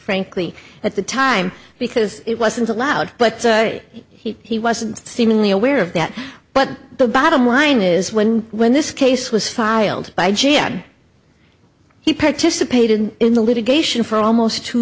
frankly at the time because it wasn't allowed but he wasn't seemingly aware of that but the bottom line is when when this case was filed by jihad he participated in the litigation for almost two